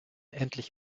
endlich